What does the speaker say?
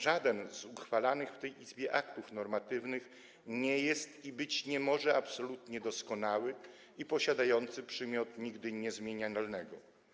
Żaden z uchwalanych w tej Izbie aktów normatywnych nie jest i być nie może absolutnie doskonały i nie może posiadać przymiotu nigdy niezmienialnego.